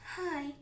Hi